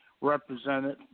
represented